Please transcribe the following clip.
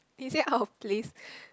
is it out of place